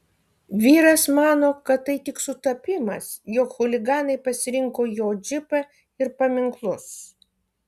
vyras mano kad tai tik sutapimas jog chuliganai pasirinko jo džipą ir paminklus